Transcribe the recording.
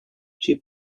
she